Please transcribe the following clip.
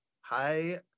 Hi